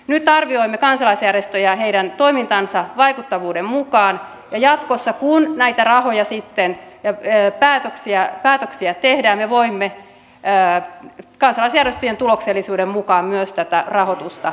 nyt arvioimme kansalaisjärjestöjä heidän toimintansa vaikuttavuuden mukaan ja jatkossa kun näitä päätöksiä tehdään me voimme kansalaisjärjestöjen tuloksellisuuden mukaan myös tätä rahoitusta jakaa